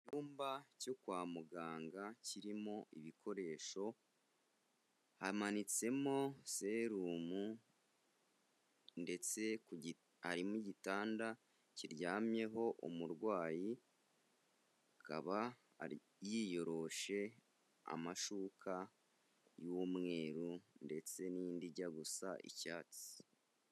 Mu icyumba cyo kwa muganga kirimo ibikoresho, hamanitsemo serumu, ndetse harimo igitanda kiryamyeho umurwayi, akaba yiyoroshe amashuka y'umweru ndetse n'indi ijya gusa icyatsi.